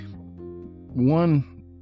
one